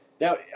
Now